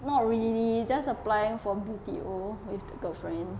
not really just applying for B_T_O with the girlfriend